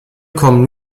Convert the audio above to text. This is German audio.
kommen